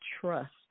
trust